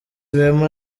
wema